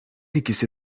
ikisi